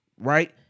right